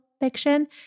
fiction